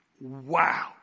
Wow